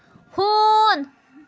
ہوٗن